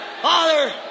Father